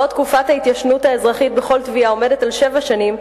בעוד תקופת ההתיישנות האזרחית בכל תביעה עומדת על שבע שנים,